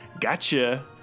Gotcha